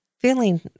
feeling